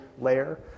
layer